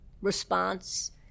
response